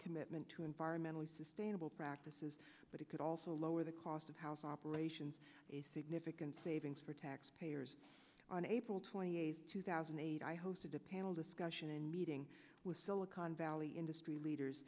commitment to environmentally sustainable practices but it could also lower the cost of house operations a significant savings for taxpayers on april twenty eighth two thousand and eight i hosted a panel discussion and meeting with silicon valley industry leaders